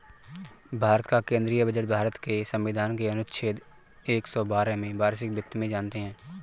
भारत का केंद्रीय बजट भारत के संविधान के अनुच्छेद एक सौ बारह में वार्षिक वित्त में जानते है